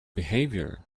behavior